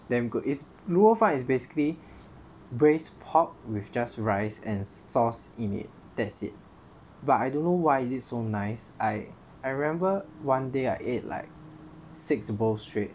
damn good 滷肉饭 is basically braised pork with just rice and sauce in it that's it but I don't know why is it so nice I I remember one day I ate like six bowl straight